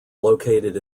located